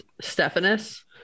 Stephanus